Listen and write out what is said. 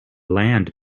land